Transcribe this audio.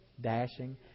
dashing